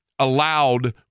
Allowed